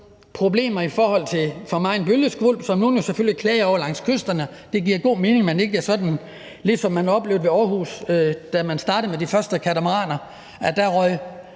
problemer i forhold for meget bølgeskvulp, som nogle selvfølgelig vil klage over, langs kysterne. Det giver god mening, at man ikke vil have det sådan, som de oplevede det ved Aarhus, da man startede med de første katamaraner og